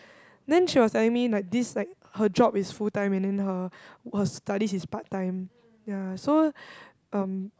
then she was telling me like this like her job is full time and then her her study is part time ya so um